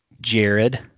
Jared